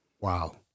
Wow